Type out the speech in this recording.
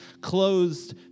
closed